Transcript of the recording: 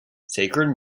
sacred